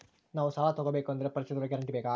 ನಾವು ಸಾಲ ತೋಗಬೇಕು ಅಂದರೆ ಪರಿಚಯದವರ ಗ್ಯಾರಂಟಿ ಬೇಕಾ?